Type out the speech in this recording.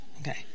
Okay